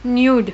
nude